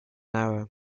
hour